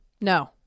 no